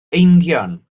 eingion